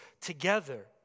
together